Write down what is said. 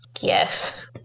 Yes